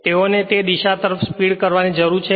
તેઓને તે દિશા તરફ સ્પીડ કરવાની જરૂર છે